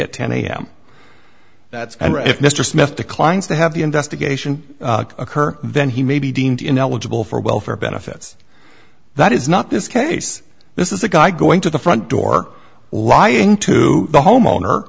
at ten am that's and if mr smith declines to have the investigation occur then he may be deemed ineligible for welfare benefits that is not this case this is a guy going to the front door lying to the homeowner